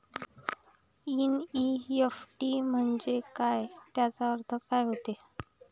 NEFT म्हंजे काय, त्याचा अर्थ काय होते?